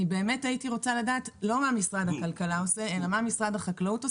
באמת הייתי רוצה לדעת לא מה משרד הכלכלה עושה אלא מה משרד החקלאות עושה,